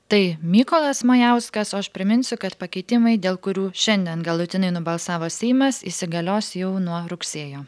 tai mykolas majauskas o aš priminsiu kad pakeitimai dėl kurių šiandien galutinai nubalsavo seimas įsigalios jau nuo rugsėjo